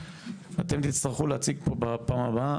אתם תצטרכו להציג פה בפעם הבאה